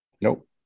Nope